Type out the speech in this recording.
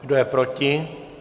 Kdo je proti?